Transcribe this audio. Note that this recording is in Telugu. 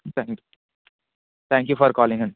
ఓకే అండి థ్యాంక్ యూ ఫర్ కాలింగ్ అండి